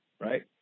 right